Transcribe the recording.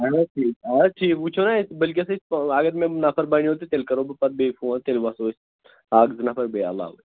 اَہَن حظ ٹھیٖک آہَن حظ ٹھیٖک وُچھو نا أسۍ وُنکٮ۪س أسۍ اگر مےٚ نَفر بَنیو تہٕ تیٚلہِ کَرو بہٕ پَتہٕ بیٚیہِ فون تیٚلہِ وَسو أسۍ اَکھ زٕ نَفر بیٚیہِ علاوَے